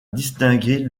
distinguer